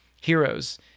heroes